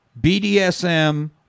BDSM